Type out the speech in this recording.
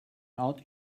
out